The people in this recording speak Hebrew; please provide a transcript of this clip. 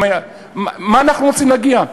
למה אנחנו רוצים להגיע?